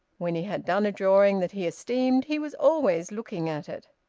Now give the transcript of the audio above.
when he had done a drawing that he esteemed, he was always looking at it.